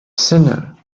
singer